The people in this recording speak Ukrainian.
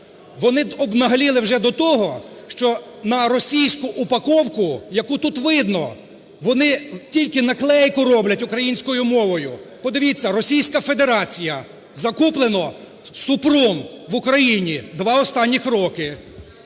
Вони обнагліли вже до того, що на російську упаковку, яку тут видно, вони тільки наклейку роблять українською мовою. Подивіться, Російська Федерація, закуплено Супрун в Україні, два останніх роки.